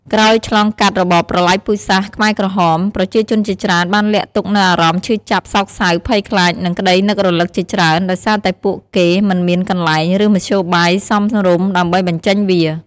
ក្រោយឆ្លងកាត់របបប្រល័យពូជសាសន៍ខ្មែរក្រហម ប្រជាជនជាច្រើនបានលាក់ទុកនូវអារម្មណ៍ ឈឺចាប់ សោកសៅ ភ័យខ្លាច និងក្តីនឹករលឹក ជាច្រើន ដោយសារតែពួកគេមិនមានកន្លែង ឬមធ្យោបាយសមរម្យដើម្បីបញ្ចេញវា។